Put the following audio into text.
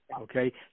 okay